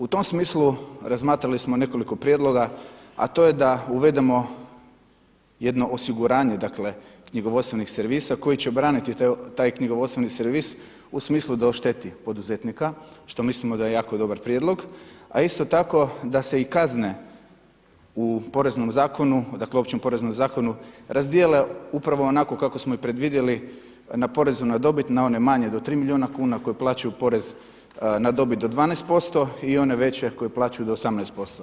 U tom smislu razmatrali smo nekoliko prijedloga a to je da uvedemo jedno osiguranje dakle knjigovodstvenih servisa koji će braniti taj knjigovodstveni servis u smislu da ošteti poduzetnika što mislimo da je jako dobar prijedlog, a isto tako da se i kazne u Poreznom zakonu, dakle općem Poreznom zakonu razdjele u pravo onako kako smo i predvidjeli na porezu na dobit na one manje do 3 milijuna kuna koje uplaćuju porez na dobit do 12% i one veće koje uplaćuju do 18%